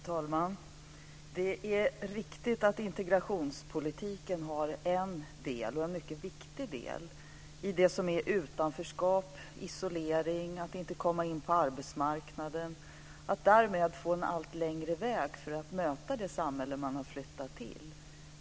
Fru talman! Det är riktigt att integrationspolitiken har en del - och en mycket viktig del - i det som är utanförskap, isolering och att inte komma in på arbetsmarknaden. Därmed får man en allt längre väg för att möta det samhälle som man har flyttat till.